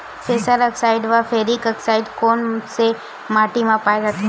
Ferrous oxide व ferric oxide कोन सा माटी म पाय जाथे?